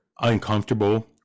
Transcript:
uncomfortable